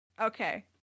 Okay